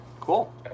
Cool